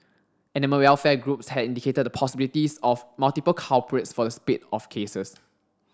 animal welfare groups had indicated the possibilities of multiple culprits for the spate of cases